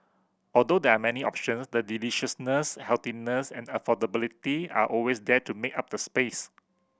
although there are many option the deliciousness healthiness and affordability are always there to make up the space